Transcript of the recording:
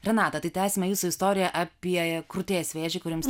renata tai tęsime jūsų istorija apie krūties vėžį kurį jums